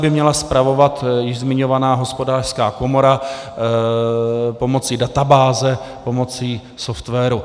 Toto celé by měla spravovat již zmiňovaná Hospodářská komora pomocí databáze, pomocí softwaru.